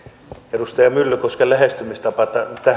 edustaja myllykosken lähestymistapa tähän on ehkä